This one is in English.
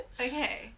Okay